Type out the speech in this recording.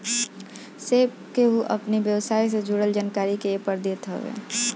सब केहू अपनी व्यवसाय से जुड़ल जानकारी के एपर देत हवे